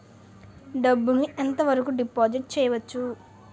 డబ్బు ను ఎంత వరకు డిపాజిట్ చేయవచ్చు?